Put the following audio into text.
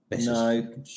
No